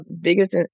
biggest